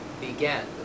began